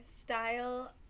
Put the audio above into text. style